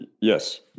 yes